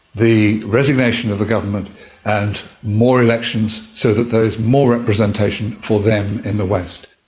the resignation of the government and more elections so that there is more representation for them in the west.